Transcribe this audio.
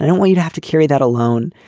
i don't want you to have to carry that alone.